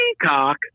Peacock